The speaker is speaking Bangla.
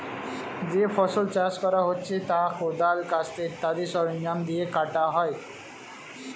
যে ফসল চাষ করা হচ্ছে তা কোদাল, কাস্তে ইত্যাদি সরঞ্জাম দিয়ে কাটা হয়